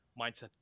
mindset